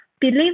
believe